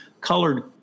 colored